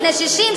60,